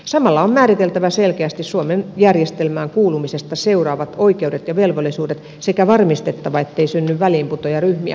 samalla on määriteltävä selkeästi suomen järjestelmään kuulumisesta seuraavat oikeudet ja velvollisuudet sekä varmistettava ettei synny väliinputoajaryhmiä